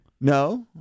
No